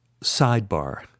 Sidebar